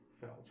felt